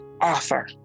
offer